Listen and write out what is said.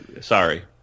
sorry